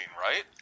right